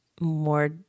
more